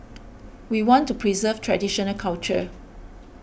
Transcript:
we want to preserve traditional culture